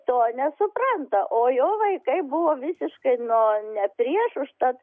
to nesupranta o jo vaikai buvo visiškai nuo ne prieš užtat